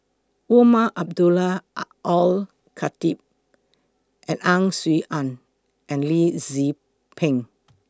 Umar Abdullah Are Al Khatib Ang Swee Aun and Lee Tzu Pheng